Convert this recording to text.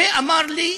ואמר לי,